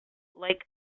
like